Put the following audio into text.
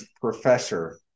professor